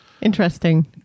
Interesting